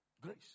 Grace